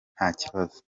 ntakibazo